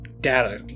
data